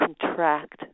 contract